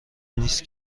نیست